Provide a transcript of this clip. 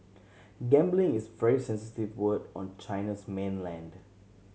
gambling is very sensitive word on China's mainland